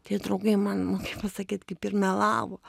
tai draugai man nu kaip pasakyt kaip ir melavo